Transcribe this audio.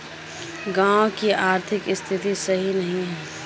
गाँव की आर्थिक स्थिति सही नहीं है?